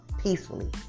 peacefully